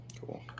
Cool